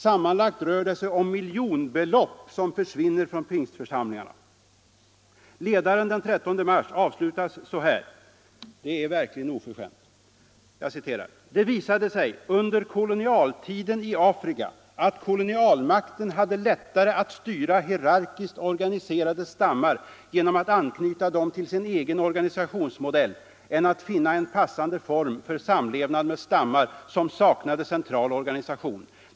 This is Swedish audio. Sammanlagt rör det sig om miljonbelopp som försvinner från pingstförsamlingarna!” Ledaren den 13 mars avslutas så här — det är verkligen oförskämt: ”Det visade sig under kolonialtiden i Afrika, att kolonialmakten hade lättare att styra hierarkiskt organiserade stammar genom att anknyta dem till sin egen organisationsmodell än att finna en passande form för samlevnad med stammar, som saknade central organisation.